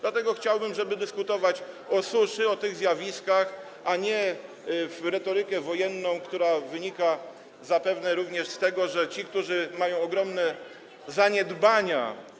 Dlatego chciałbym, żeby dyskutować o suszy, o tych zjawiskach, a nie wchodzić w retorykę wojenną, która wynika zapewne również z tego, że ci, którzy mają ogromne zaniedbania.